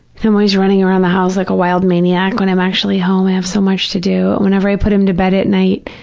always running around the house like a wild maniac when i'm actually home, i have so much to do, whenever i put him to bed at night,